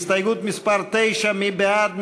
הסתייגות מס' 9, מי בעד?